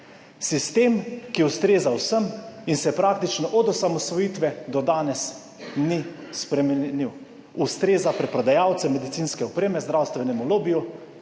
Sistem, ki ustreza vsem in se praktično od osamosvojitve do danes ni spremenil, ustreza preprodajalcem medicinske opreme, zdravstvenemu lobiju,